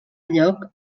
lloc